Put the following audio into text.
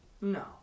No